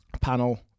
panel